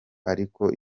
ariko